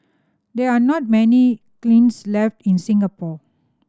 there are not many kilns left in Singapore